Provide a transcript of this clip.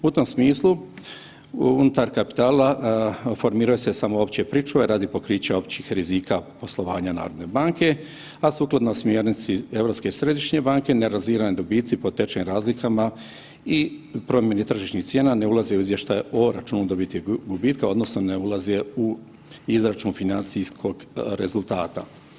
U tom smislu unutar kapitala formiraju se samo opće pričuve radi pokrića općih rizika poslovanja HNB-a, a sukladno smjernici Europske središnje banke … [[Govornik se ne razumije]] dobici po tečajnim razlikama i promijeni tržišnih cijena ne ulaze u izvještaj o računu dobiti i gubitka odnosno ne ulaze u izračun financijskog rezultata.